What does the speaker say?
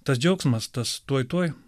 tas džiaugsmas tas tuoj tuoj